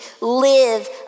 live